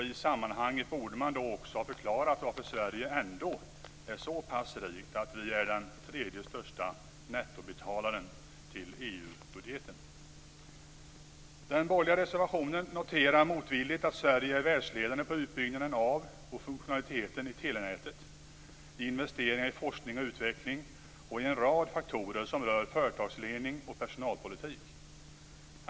I sammanhanget borde man då också ha förklarat varför Sverige ändå är så pass rikt att vi är den tredje största nettobetalaren till EU-budgeten. I den borgerliga reservationen noterar man motvilligt att Sverige är världsledande på utbyggnaden av och funktionaliteten i telenätet, på investeringar i forskning och utveckling och när det gäller en rad faktorer som rör företagsledning och personalpolitik.